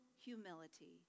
humility